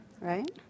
Right